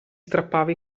strappava